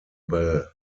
bell